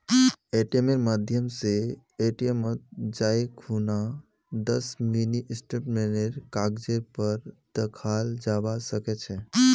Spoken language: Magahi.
एटीएमेर माध्यम स एटीएमत जाई खूना दस मिनी स्टेटमेंटेर कागजेर पर दखाल जाबा सके छे